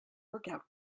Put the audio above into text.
workout